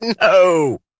No